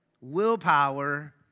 willpower